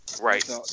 Right